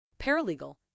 Paralegal